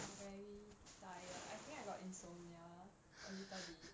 I very tired I think I got insomnia a little bit